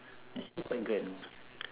this year quite grand